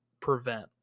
prevent